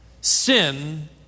sin